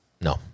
No